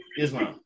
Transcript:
Islam